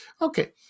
Okay